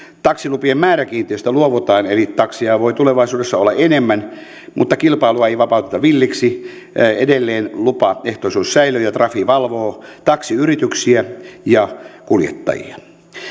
taksilupien määräkiintiöstä luovutaan eli takseja voi tulevaisuudessa olla enemmän mutta kilpailua ei vapauteta villiksi edelleen lupaehtoisuus säilyy ja trafi valvoo taksiyrityksiä ja kuljettajia